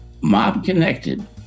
Mob-connected